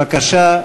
בבקשה.